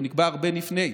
הוא נקבע הרבה לפני.